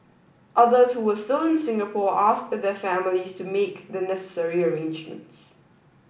others who were still in Singapore asked their families to make the necessary arrangements